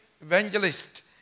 evangelist